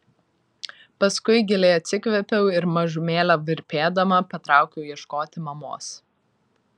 paskui giliai atsikvėpiau ir mažumėlę virpėdama patraukiau ieškoti mamos